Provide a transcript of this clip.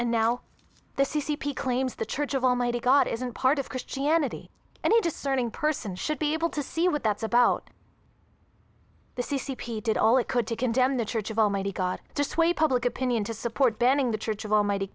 claims the church of almighty god isn't part of christianity any discerning person should be able to see what that's about the c c p did all it could to condemn the church of almighty god to sway public opinion to support banning the church of almighty